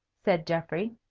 said geoffrey.